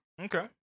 Okay